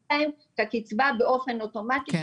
מגדילים להם את הקצבה באופן אוטומטי,